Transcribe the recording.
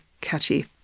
catchy